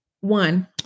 one